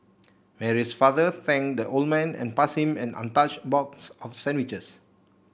Mary's father thanked the old man and passed him an untouched box of sandwiches